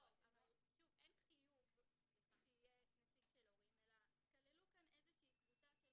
אין חיוב שיהיה נציג של הורים אלא כללו כאן איזושהי קבוצה של